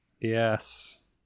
Yes